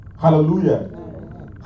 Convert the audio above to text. Hallelujah